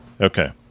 Okay